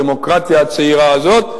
הדמוקרטיה הצעירה הזאת,